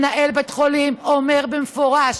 מנהל בית חולים אומר במפורש: